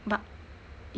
but